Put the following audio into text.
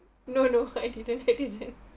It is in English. no no I didn't I didn't